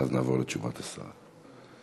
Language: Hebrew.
ואז נעבור לתשובת השרה.